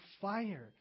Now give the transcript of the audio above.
fire